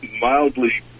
mildly